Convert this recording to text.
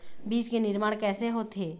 बीज के निर्माण कैसे होथे?